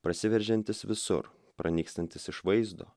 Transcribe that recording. prasiveržiantis visur pranykstantis iš vaizdo